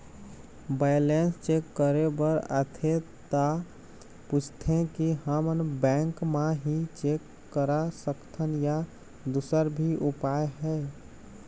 Balance check करे बर आथे ता पूछथें की हमन बैंक मा ही चेक करा सकथन या दुसर भी उपाय हे?